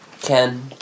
Ken